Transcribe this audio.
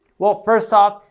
well first off,